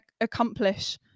accomplish